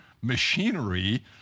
machinery